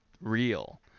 real